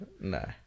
No